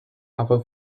aber